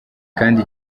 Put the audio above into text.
kandi